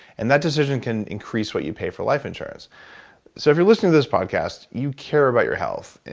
and that decision can increase what you pay for life insurance so if you're listening to this podcast, you care about your health,